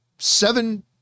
seven